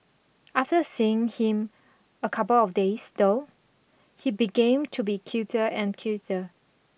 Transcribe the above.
after seeing him a couple of days though he began to be cuter and cuter